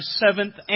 seventh